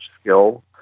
skill